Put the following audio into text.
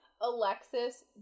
Alexis